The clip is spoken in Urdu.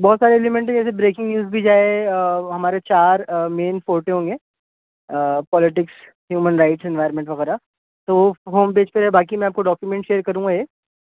بہت سارے ایلیمنٹ ہیں جیسے بریکنگ نیوز بھی جائے ہمارے چار مین فوٹے ہوں گے پولیٹکس ہیومن رائٹس انوائرمنٹ وغیرہ تو ہوم پیج پہ باقی میں آپ کو ڈاکیومینٹ شیئر کروں گا ایک